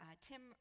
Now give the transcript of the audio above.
Tim